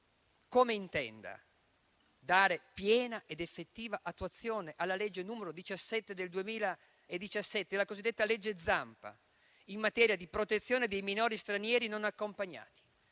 come intenda dare piena ed effettiva attuazione alla legge n. 17 del 2017, la cosiddetta legge Zampa, in materia di protezione dei minori stranieri non accompagnati.